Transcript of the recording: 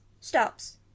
Stops